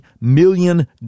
million